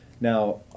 Now